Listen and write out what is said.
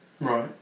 Right